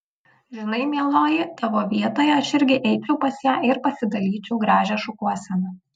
žinai mieloji tavo vietoje aš irgi eičiau pas ją ir pasidalyčiau gražią šukuoseną